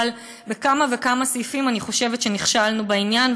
אבל בכמה וכמה סעיפים אני חושבת שנכשלנו בעניין,